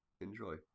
Enjoy